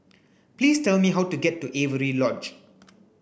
please tell me how to get to Lodge